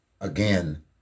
again